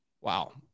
Wow